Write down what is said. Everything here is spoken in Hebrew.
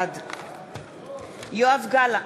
בעד יואב גלנט,